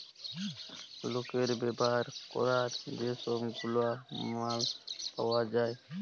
লকের ব্যাভার ক্যরার যে ছব গুলা মাল পাউয়া যায়